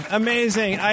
amazing